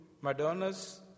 Madonnas